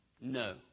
no